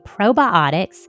probiotics